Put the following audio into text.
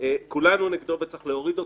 כולנו נגדו וצריך להוריד אותו.